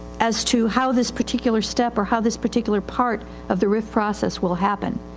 as to how this particular step or how this particular part of the rif process will happen.